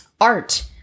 art